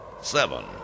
seven